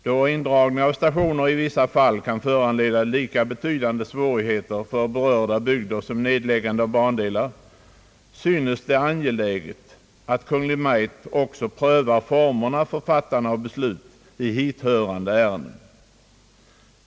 Då indragning av stationer i vissa fall kan föranleda lika betydande svårigheter för berörda bygder som nedläggande av bandelar synes det angeläget att Kungl. Maj:t också prövar formerna för fattande av beslut i hithörande ärenden.